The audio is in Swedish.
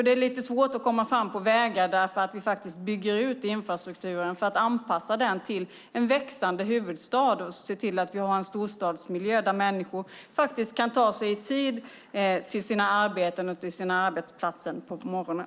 Det är lite svårt att komma fram på vägar därför att vi faktiskt bygger ut infrastrukturen för att anpassa den till en växande huvudstad och se till att vi har en storstadsmiljö där människor kan ta sig till sina arbetsplatser i tid på morgonen.